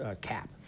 cap